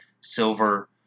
silver